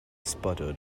sputtered